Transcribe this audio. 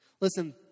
Listen